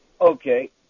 Okay